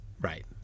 right